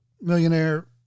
millionaire